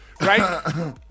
Right